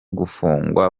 gufungwa